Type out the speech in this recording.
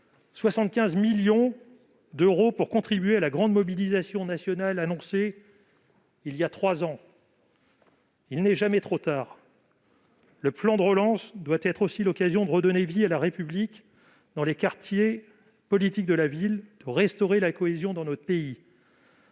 75 millions d'euros pour contribuer à la grande mobilisation nationale annoncée il y a trois ans. Il n'est jamais trop tard ! Le plan de relance doit aussi être l'occasion de redonner vie à la République dans les quartiers de la politique de la ville, pour restaurer la cohésion dans notre pays.